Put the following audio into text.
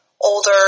older